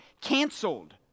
canceled